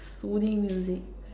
soothing music